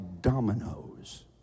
dominoes